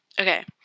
okay